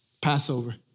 passover